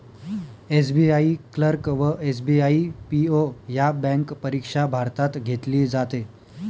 SBI clerk व SBI PO ह्या bank परीक्षा भारतात घेतली जाते